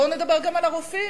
בואו נדבר גם על הרופאים,